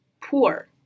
poor